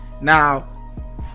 Now